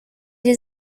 les